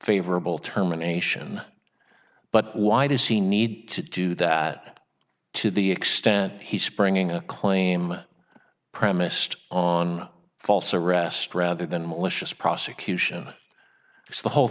favorable terminations but why does he need to do that to the extent he springing a claim premised on false arrest rather than malicious prosecution the whole